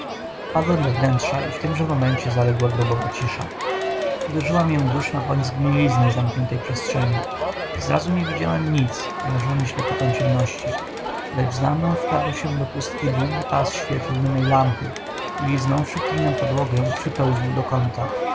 wpadłem do wnętrza i w tymże momencie zaległa grobowa cisza uderzyła mię duszna woń zgnilizny zamkniętej przestrzeni zrazu nie widziałem nic rażony ślepotą ciemności lecz za mną wkradł się do pustki długi pas świetlny mej lampy i liznąwszy klinem podłogę przypełzał do kąta